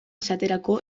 esaterako